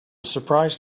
surprise